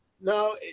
No